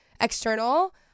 external